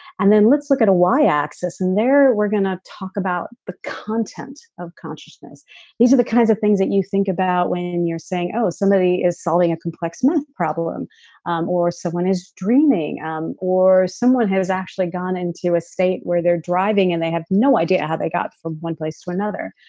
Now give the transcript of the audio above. and then let's look at the y axis and there we're going to talk about the content of consciousness these are the kinds of things that you think about when you're saying, oh, somebody is solving a complex math problem um or someone is dreaming um or someone has actually gone into a state where they're driving and they have no idea how they got from one place to another.